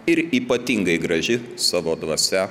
ir ypatingai graži savo dvasia